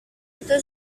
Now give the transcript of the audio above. itu